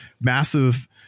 massive